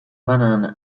banan